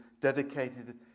dedicated